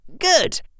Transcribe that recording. Good